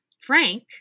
Frank